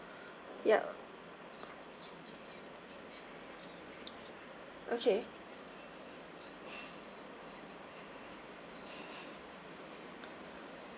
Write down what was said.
yup okay